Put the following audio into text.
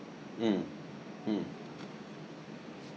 mm mm